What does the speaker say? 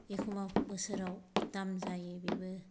एखम्बा बोसोराव दाम जायो बेबो